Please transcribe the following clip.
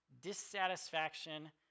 dissatisfaction